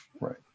right